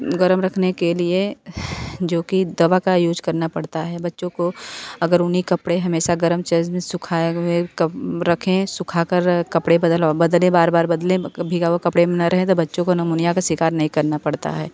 गर्म रखने के लिए जो कि दवा का उसे करना पड़ता है बच्चों को अगर ऊनी कपड़े हमेशा गर्म चीज में सुखाएं हुए कम रखें सुखा कर कपड़े बदल और बदलें बार बार बदलें मतलब भीगे हुए कपड़े बना रहे थे बच्चों को निमोनिया का शिकार नहीं करना पड़ता है